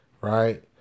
right